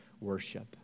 worship